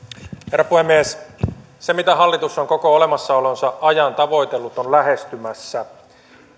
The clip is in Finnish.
herra puhemies se mitä hallitus on koko olemassaolonsa ajan tavoitellut on lähestymässä